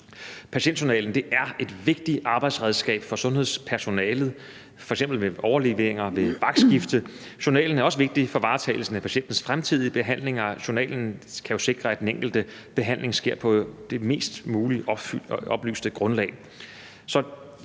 Patientjournalen er et vigtigt arbejdsredskab for sundhedspersonalet, f.eks. ved overleveringer ved vagtskifte. Journalen er også vigtig for varetagelsen af patientens fremtidige behandlinger. Journalen kan jo sikre, at den enkelte behandling sker på det mest muligt oplyste grundlag.